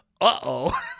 uh-oh